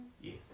Yes